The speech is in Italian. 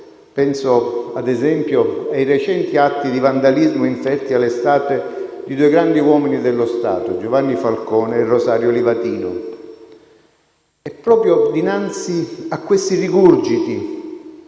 penso - ad esempio - ai recenti atti di vandalismo inferti alle statue di due grandi uomini dello Stato: Giovanni Falcone e Rosario Livatino. È proprio dinanzi a questi rigurgiti,